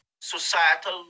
societal